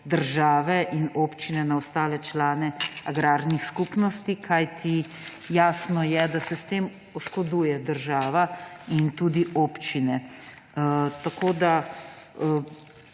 države in občine na ostale člane agrarnih skupnosti, kajti jasno je, da se s tem oškodujejo država in tudi občine. Tako je